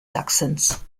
sachsens